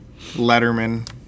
Letterman